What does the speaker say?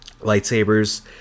lightsabers